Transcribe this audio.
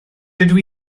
dydw